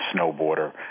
snowboarder